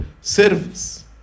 service